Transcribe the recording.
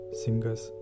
singers